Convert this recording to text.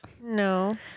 No